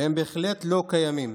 והם בהחלט לא קיימים.